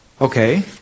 Okay